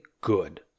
good